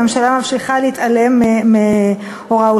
והממשלה ממשיכה להתעלם מהוראותיו.